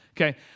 Okay